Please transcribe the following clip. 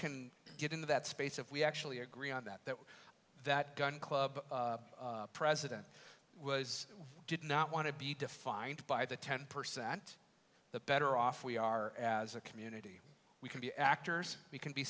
can get into that space if we actually agree on that that that gun club president was did not want to be defined by the ten percent the better off we are as a community we can be actors we can be